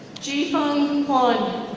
jihung juan.